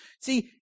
See